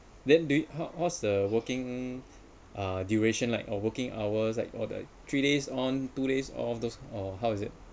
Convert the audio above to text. then do you what's the working uh duration like uh working hours like all that three days on two days off those or how is it